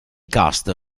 cast